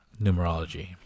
numerology